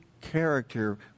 character